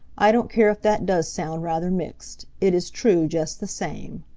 i don't care if that does sound rather mixed it is true just the same.